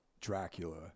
Dracula